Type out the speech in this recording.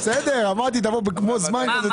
בסדר, אמרתי תבואו כמו בזמן כזה.